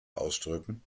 ausdrücken